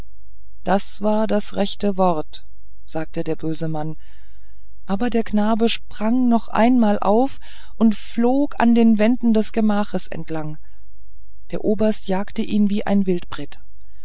das war das rechte wort sagte der böse mann aber der knabe sprang noch einmal auf und flog an den wänden des gemaches entlang der oberst jagte ihn wie ein wildbret